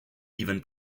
even